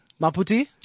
Maputi